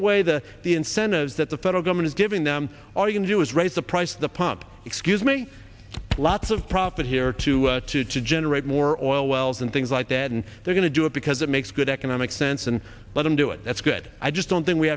away the the incentives that the federal government is giving them or you can do is raise the price of the pump excuse me lots of profit here to to to generate more oil wells and things like that and they're going to do it because it makes good economic sense and let them do it that's good i just don't think we